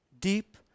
deep